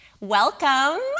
welcome